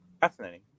Fascinating